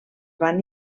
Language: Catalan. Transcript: van